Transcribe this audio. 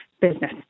business